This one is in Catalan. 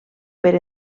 per